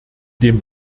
dem